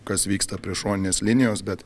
kas vyksta prie šoninės linijos bet